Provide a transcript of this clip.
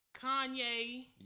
Kanye